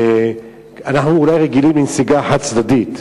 אנחנו אולי רגילים לנסיגה חד-צדדית,